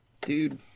Dude